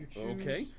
Okay